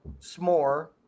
s'more